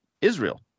Israel